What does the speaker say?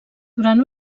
durant